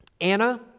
Anna